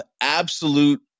absolute